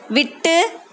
விட்டு